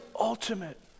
ultimate